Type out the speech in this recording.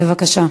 בבקשה.